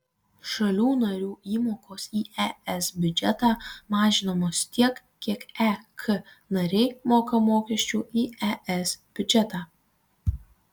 šalių narių įmokos į es biudžetą mažinamos tiek kiek ek nariai moka mokesčių į es biudžetą